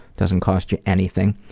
doesn't cost you anything.